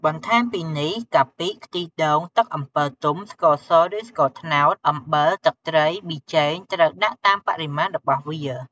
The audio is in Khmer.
បន្ថែមពីនេះ កាពិ ខ្ទិះដូង ទឹកអំពិលទុំ ស្ករស ឬស្ករត្នោត អំបិល ទឹកត្រី ប៊ីចេង ត្រូវដាក់តាមបរិមាណរបស់វា។